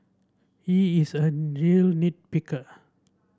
he is a real nit picker